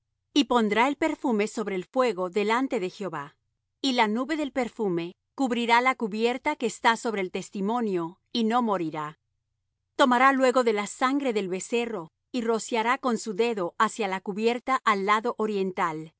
y pondrá el perfume sobre el fuego delante de jehová y la nube del perfume cubrirá la cubierta que está sobre el testimonio y no morirá tomará luego de la sangre del becerro y rociará con su dedo hacia la cubierta al lado oriental